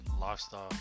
lifestyle